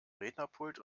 rednerpult